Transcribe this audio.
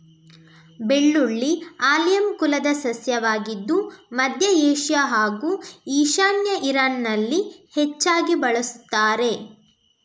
ಬೆಳ್ಳುಳ್ಳಿ ಆಲಿಯಮ್ ಕುಲದ ಸಸ್ಯವಾಗಿದ್ದು ಮಧ್ಯ ಏಷ್ಯಾ ಹಾಗೂ ಈಶಾನ್ಯ ಇರಾನಲ್ಲಿ ಹೆಚ್ಚಾಗಿ ಬಳಸುತ್ತಾರೆ